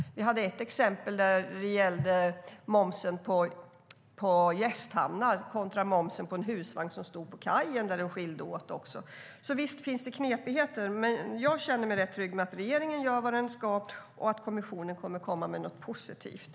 Vi hade ett exempel som gällde momsen på gästhamnar kontra momsen för en husvagn som stod vid kajen. Visst finns det knepigheter, men jag känner mig rätt trygg med att regeringen gör vad den ska och att kommissionen kommer med något positivt.